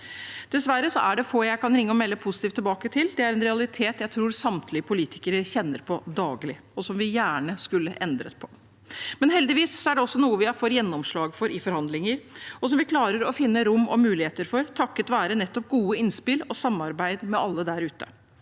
Dessverre er det få jeg kan ringe og melde positivt tilbake til, og det er en realitet jeg tror samtlige politikere kjenner på daglig, og som vi gjerne skulle ha endret på. Heldigvis er det også noe vi får gjennomslag for i forhandlinger, og som vi klarer å finne rom og muligheter for, takket være nettopp gode innspill og samarbeid med alle der ute.